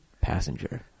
passenger